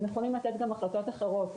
הם יכולים לתת גם החלטות אחרות.